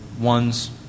one's